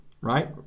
right